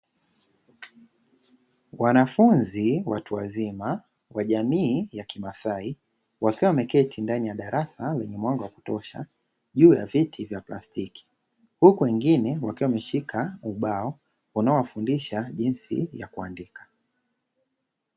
Wanafunzi watu wazima wa jamii ya kimasai, wakiwa wameketi ndani ya darasa lenye mwanga wa kutosha juu ya viti vya plastiki. Huku wengine wakiwa wameshika ubao unaowafundisha jinsi ya kuandika.